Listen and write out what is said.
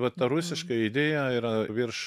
vat ta rusiška idėja yra virš